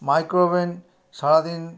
micro oven সারা দিন